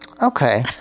Okay